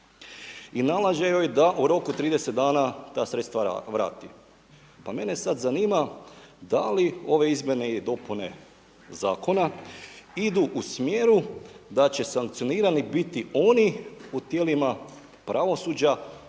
i nalaže joj da u roku od 30 dana ta sredstva vrati. Pa mene sada zanima, da li ove izmjene i dopune zakona idu u smjeru da će sankcionirani biti oni u tijelima pravosuđa